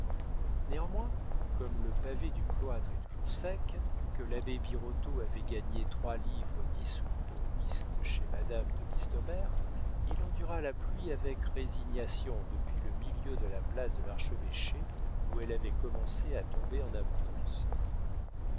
néanmoins comme le pavé du cloître est toujours sec que l'abbé birotteau avait gagné trois livres dix sous au wisth chez madame de listomère il endura la pluie avec résignation depuis le milieu de la place de l'archevêché où elle avait commencé à tomber en abondance